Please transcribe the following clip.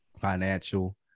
financial